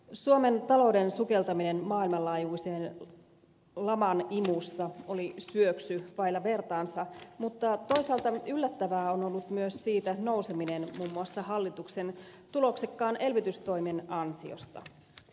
suomen talouden sukeltaminen maailmanlaajuisen laman imussa oli syöksy vailla vertaansa mutta toisaalta yllättävää on ollut myös siitä nouseminen muun muassa hallituksen tuloksekkaan elvytystoimen ansiosta